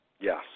Yes